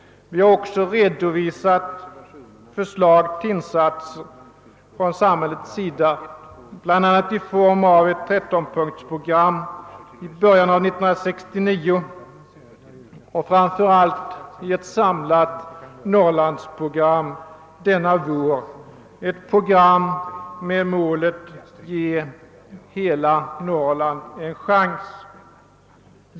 Vi har också redovisat förslag till insatser från samhällets sida bl.a. i form av ett 13-punktersprogram i början av 1969 och framför allt i ett samlat Norrlandsprogram denna vår — ett program med målet: Ge hela Norrland en chans!